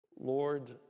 Lord